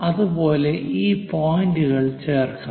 അതുപോലെ ഈ പോയിന്ററുകൾ ചേർക്കാം